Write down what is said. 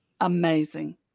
amazing